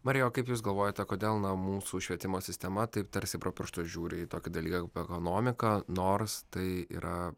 marija o kaip jūs galvojate kodėl mūsų švietimo sistema taip tarsi pro pirštus žiūri į tokį dalyką ekonomiką nors tai yra